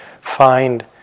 find